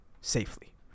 safely